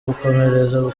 gukomereza